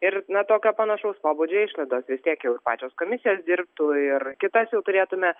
ir na tokio panašaus pobūdžio išlaidos vis tiek ir jau pačios komisijos dirbtų ir kitas jau turėtumėme